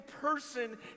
person